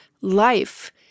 life